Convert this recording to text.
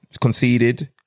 conceded